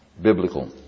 biblical